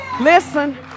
listen